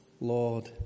Lord